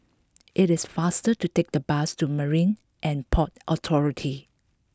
it is faster to take the bus to Marine And Port Authority